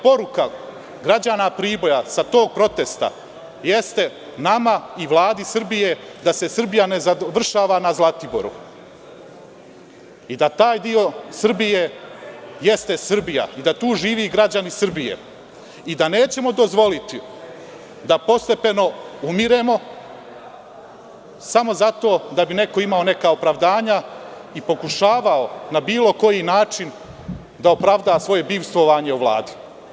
Poruka građana Priboja sa tog protesta jeste nama i Vladi Srbije, da se Srbija ne završava na Zlatiboru i da taj deo Srbije jeste Srbija i da tu žive građani Srbije i da nećemo dozvoliti da postepeno umiremo samo zato da bi neko imao neka opravdanja i pokušavao na bilo koji način da opravda svoje bivstvovanje u Vladi.